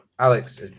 Alex